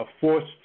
forced